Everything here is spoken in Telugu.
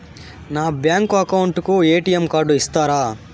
నా బ్యాంకు అకౌంట్ కు ఎ.టి.ఎం కార్డు ఇస్తారా